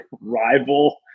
rival